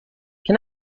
can